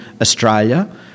Australia